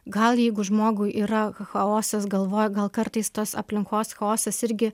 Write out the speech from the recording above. gal jeigu žmogui yra chaosas galvoj gal kartais tos aplinkos chaosas irgi